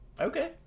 Okay